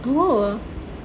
oh